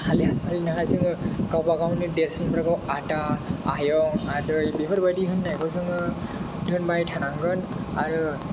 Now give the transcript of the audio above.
हारसिंनो जोङो गावबा गावनि देरसिनफोरखौ आदा आयं आदै बेफोर बायदि होननायखौ जोङो दोनबाय थानांगोन आरो